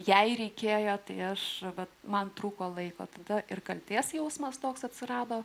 jei reikėjo tai aš bet man trūko laiko tada ir kaltės jausmas toks atsirado